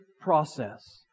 process